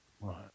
right